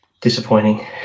Disappointing